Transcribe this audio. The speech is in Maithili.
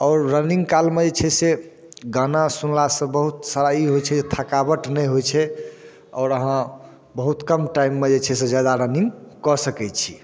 आओर रनिङ्ग कालमे जे छै से गाना सुनलासँ बहुत सारा ई होइ छै थकावट नहि होइ छै आओर अहाँ बहुत कम टाइममे जे छै से ज्यादा रनिङ्ग कऽ सकै छी